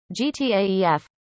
GTAEF